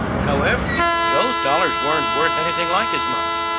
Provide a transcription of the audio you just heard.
however, those dollars weren't worth anything like as much.